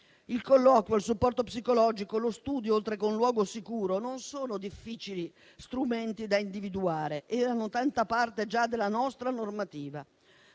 Il colloquio, il supporto psicologico, lo studio, oltre che un luogo sicuro, non sono strumenti difficili da individuare, erano già tanta parte della nostra normativa.